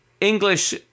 English